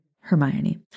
Hermione